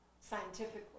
scientifically